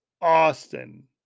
Austin